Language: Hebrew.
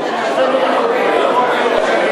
סעיף 1 נתקבל.